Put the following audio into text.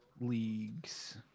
Leagues